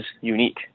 unique